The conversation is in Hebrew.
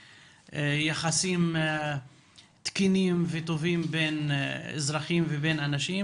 ויחסים תקינים וטובים בין אזרחים ובין אנשים,